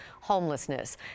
homelessness